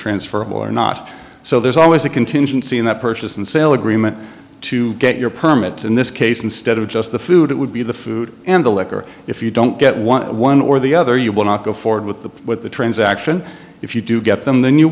transferable or not so there's always a contingency in that purchase and sale agreement to get your permits in this case instead of just the food it would be the food and the liquor if you don't get one one or the other you will not go forward with the transaction if you do get them the